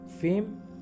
fame